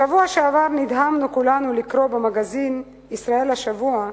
בשבוע שעבר נדהמנו כולנו לקרוא במגזין "ישראל השבוע"